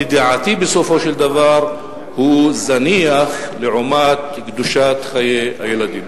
לדעתי בסופו של דבר הוא זניח לעומת קדושת חיי הילדים.